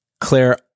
Claire